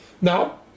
Now